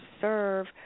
serve